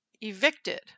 evicted